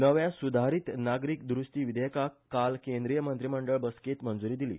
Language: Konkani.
नव्या सुधारीत नागरीक दुरुस्ती विधेयकाक काल केंद्रीय मंत्रीमंडळ बसकेंत मंजुरी दिली